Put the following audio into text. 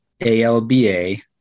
A-L-B-A